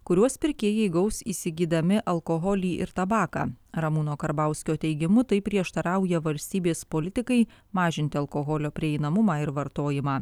kuriuos pirkėjai gaus įsigydami alkoholį ir tabaką ramūno karbauskio teigimu tai prieštarauja valstybės politikai mažinti alkoholio prieinamumą ir vartojimą